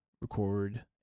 record